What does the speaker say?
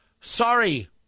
Sorry